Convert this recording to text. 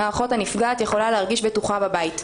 האחות הנפגעת יכולה להרגיש בטוחה בבית.